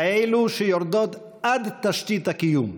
כאלה שיורדות עד תשתית הקיום.